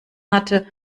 hatte